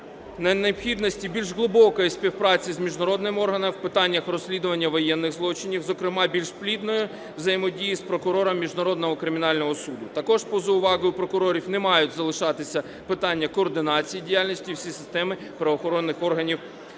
на необхідності більш глибокої співпраці з міжнародними органами в питаннях розслідування воєнних злочинів, зокрема більш плідної взаємодії з прокурором Міжнародного кримінального суду. Також поза увагою прокурорів не мають залишатися питання координації діяльності системи правоохоронних органів